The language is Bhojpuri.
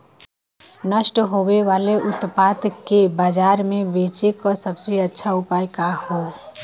नष्ट होवे वाले उतपाद के बाजार में बेचे क सबसे अच्छा उपाय का हो?